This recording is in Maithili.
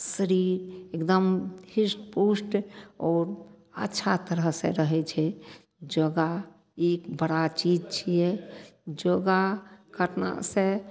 शरीर एकदम हिष्ट पुष्ट आओर अच्छा तरहसँ रहय छै योगा एक बड़ा चीज छियै योगा करना से